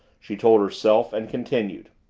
she told herself and continued.